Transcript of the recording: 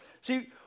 See